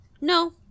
No